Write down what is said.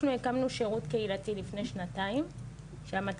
אנחנו הקמנו שירות קהילתי לפני שנתיים שהמטרה